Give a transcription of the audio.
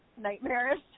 nightmarish